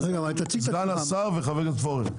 סגן השר וחבר הכנסת פורר.